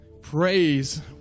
praise